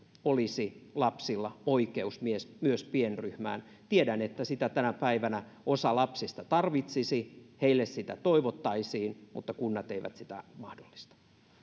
olisi lapsilla oikeus myös myös pienryhmään tiedän että sitä tänä päivänä osa lapsista tarvitsisi ja heille sitä toivottaisiin mutta kunnat eivät sitä mahdollista